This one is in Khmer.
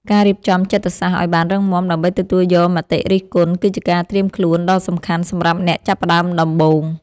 ការរៀបចំចិត្តសាស្ត្រឱ្យបានរឹងមាំដើម្បីទទួលយកមតិរិះគន់ គឺជាការត្រៀមខ្លួនដ៏សំខាន់សម្រាប់អ្នកចាប់ផ្តើមដំបូង។